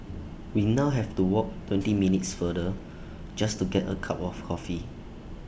we now have to walk twenty minutes farther just to get A cup of coffee